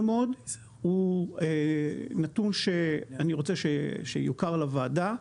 מאוד הוא נתון שאני רוצה שיוכר לוועדה.